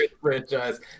franchise